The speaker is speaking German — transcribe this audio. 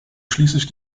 schließlich